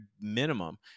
minimum